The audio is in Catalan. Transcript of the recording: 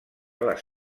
les